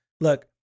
look